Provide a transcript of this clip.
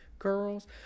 girls